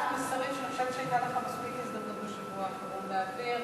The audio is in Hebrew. מסרים שאני חושבת שהיתה לך מספיק הזדמנות בשבוע האחרון להעביר.